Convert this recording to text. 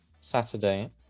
Saturday